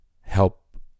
help